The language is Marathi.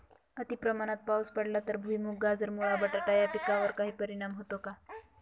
अतिप्रमाणात पाऊस पडला तर भुईमूग, गाजर, मुळा, बटाटा या पिकांवर काही परिणाम होतो का?